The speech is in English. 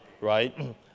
right